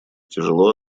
тяжело